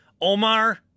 Omar